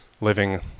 living